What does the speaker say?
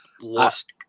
lost